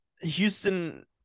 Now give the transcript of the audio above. Houston